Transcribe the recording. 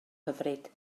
hyfryd